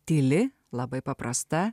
tyli labai paprasta